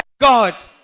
God